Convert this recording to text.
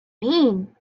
mean